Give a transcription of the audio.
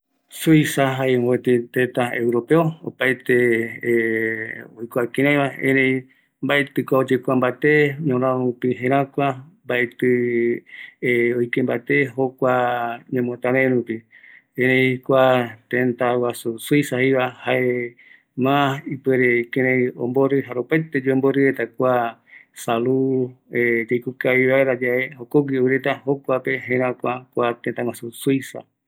Suiza, jae mopeti teta europeo opaete oikua kireiva erei mbaeti ko oyekua mbate ñorarope jerakua, mbaeti oike mbate jokua ñemotarai rupi, erei kua tetaguasu Suiza jeiva, jae ma ipuere kirei ombori, jare opaete yomborireta kua salud yaikokavi vaera yae jokogui oureta, jokope kua jerakua tetaguasu Suiza.